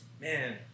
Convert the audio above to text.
Man